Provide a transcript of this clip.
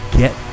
get